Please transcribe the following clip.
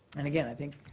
and again, i think